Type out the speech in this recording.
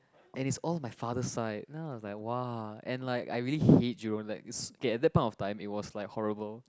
and it's all my father side then I was like [wah] and like I really hate Jurong like it's k at that point of time it was like horrible